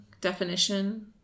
definition